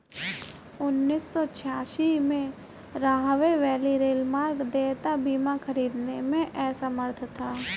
उन्नीस सौ छियासी में, राहवे वैली रेलमार्ग देयता बीमा खरीदने में असमर्थ था